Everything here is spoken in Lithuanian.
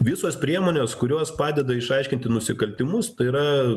visos priemonės kurios padeda išaiškinti nusikaltimus yra